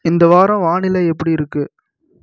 இந்த வாரம் வானிலை எப்படி இருக்குது